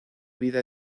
vida